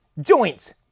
joints